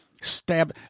stab